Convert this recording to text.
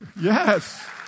Yes